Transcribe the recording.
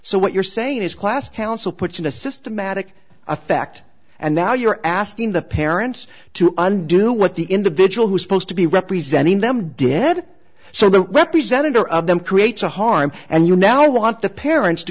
so what you're saying is class council puts in a systematic effect and now you're asking the parents to undo what the individual who is supposed to be representing them dead so the represented or of them creates a harm and you now want the parents to